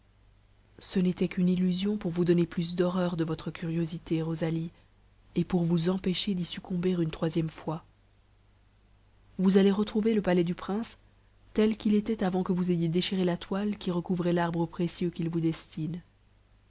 ce n'était qu'une illusion pour vous donner plus d'horreur de votre curiosité rosalie et pour vous empêcher d'y succomber une troisième fois vous allez retrouver le palais du prince tel qu'il était avant que vous ayez déchiré la toile qui recouvrait l'arbre précieux qu'il vous destine